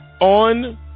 on